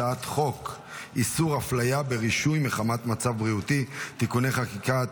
הצעת חוק איסור הפליה ברישוי מחמת מצב בריאותי (תיקוני חקיקה),